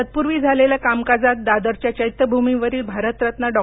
तत्पूर्वी झालेल्या कामकाजात दादरच्या चैत्यभूमीवरील भारतरत्न डॉ